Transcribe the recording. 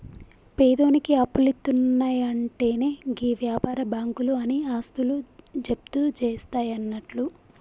పేదోనికి అప్పులిత్తున్నయంటెనే గీ వ్యాపార బాకుంలు ఆని ఆస్తులు జప్తుజేస్తయన్నట్లు